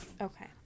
Okay